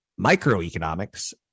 Microeconomics